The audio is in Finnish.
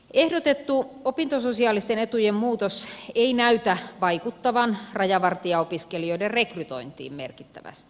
ehdotettu opintososiaalisten etujen muutos ei näytä vaikuttavan rajavartijaopiskelijoiden rekrytointiin merkittävästi